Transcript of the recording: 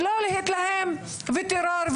ולא להתלהם: טרור,